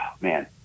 man